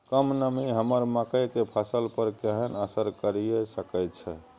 कम नमी हमर मकई के फसल पर केहन असर करिये सकै छै?